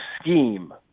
scheme